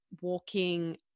Walking